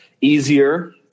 easier